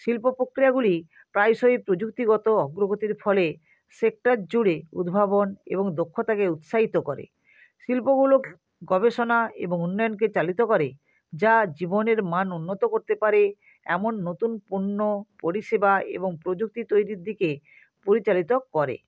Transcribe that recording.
শিল্প প্রক্রিয়াগুলি প্রায়শই প্রযুক্তিগত অগ্রগতির ফলে সেক্টর জুড়ে উদ্ভাবন এবং দক্ষতাকে উৎসাহিত করে শিল্পগুলো গবেষণা এবং উন্নয়নকে চালিত করে যা জীবনের মান উন্নত করতে পারে এমন নতুন পণ্য পরিষেবা এবং প্রযুক্তি তৈরির দিকে পরিচালিত করে